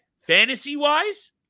Fantasy-wise